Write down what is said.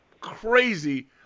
crazy